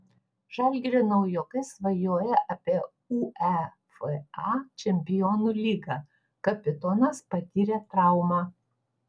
žalgirio naujokai svajoja apie uefa čempionų lygą kapitonas patyrė traumą